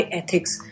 ethics